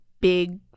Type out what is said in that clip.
big